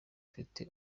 ufite